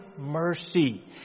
mercy